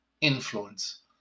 influence